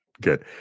good